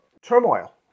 turmoil